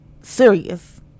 serious